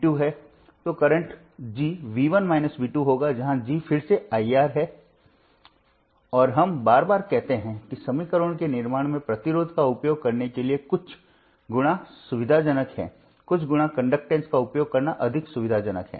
तो current G होगा जहां G फिर से 1R है और हम बार बार कहते हैं कि समीकरणों के निर्माण में प्रतिरोध का उपयोग करने के लिए कुछ × सुविधाजनक है कुछ× कंडक्टैंस का उपयोग करना अधिक सुविधाजनक है